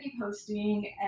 posting